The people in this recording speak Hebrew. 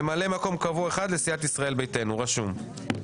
ממלא מקום קבוע אחד לסיעת ישראל ביתנו, רשום.